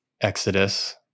Exodus